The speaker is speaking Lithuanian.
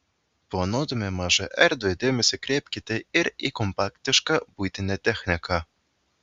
planuodami mažą erdvę dėmesį kreipkite ir į kompaktišką buitinę techniką